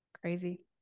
Crazy